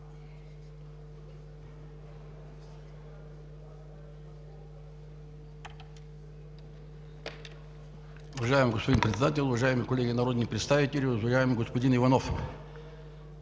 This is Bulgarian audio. Уважаеми господин Председател, уважаеми колеги народни представители! Уважаеми господин Иванов,